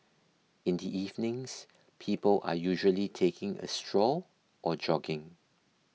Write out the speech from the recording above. in the evenings people are usually taking a stroll or jogging